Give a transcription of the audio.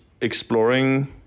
exploring